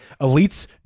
elites